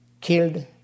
killed